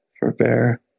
forbear